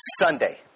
Sunday